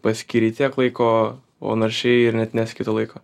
paskyrei tiek laiko o naršei ir net nesekei to laiko